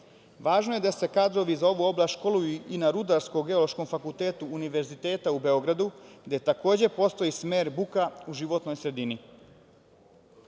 Važno je da se kadrovi za ovu oblast školuju i na Rudarsko-geološkom fakultetu Univerziteta u Beogradu, gde postoji smer buka u životnoj sredini.U